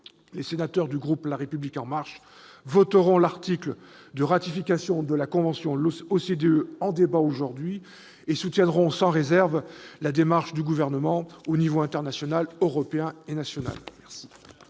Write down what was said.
Les sénateurs du groupe La République En Marche voteront le projet de loi autorisant la ratification de la convention de l'OCDE en débat aujourd'hui et soutiendront sans réserve la démarche du Gouvernement au niveau international, européen et national.